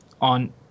on